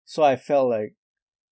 so I felt like